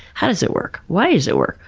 how does it work, why does it work,